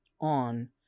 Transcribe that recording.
on